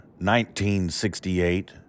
1968